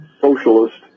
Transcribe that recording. socialist